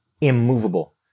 immovable